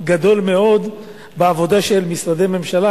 גדול מאוד בעבודה של משרדי ממשלה,